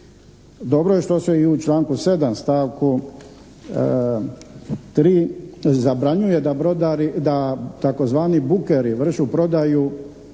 Dobro je što se i u članku 7. stavku 3. zabranjuje da brodari, da tzv. "bukeri" vrše prodaju